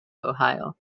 ohio